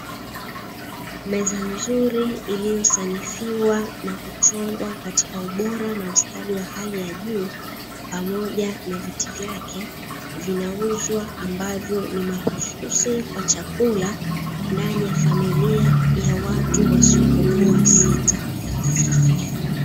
Meza nzuri iliyosanifiwa na kuchongwa katika ubora na ustadi wa hali ya juu, pamoja na viti vyake, vinauzwa ambavyo ni mahususi kwa chakula, ndani ya familia ya watu wasiopungua sita.